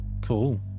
Cool